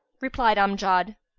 replied amjad,